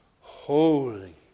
Holy